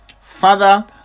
Father